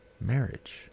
marriage